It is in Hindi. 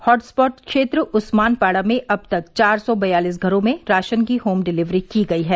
हॉटस्पॉट क्षेत्र उस्मानपाड़ा में अब तक चार सौ बयालीस घरों में राशन की होम डिलीवरी की गयी है